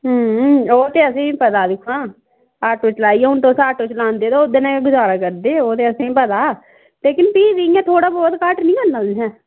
हूं ओह् ते असेंगी पता दिक्खो हां आटो चलाइयै हून तुस आटो चलांदे ते ओह्दे नै गै गजारा करदे ओह् ते असेंगी पता लेकिन फ्ही बी इ'यां थोह्ड़ा बहुत घट्ट नीं करना तुसें